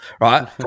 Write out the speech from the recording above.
Right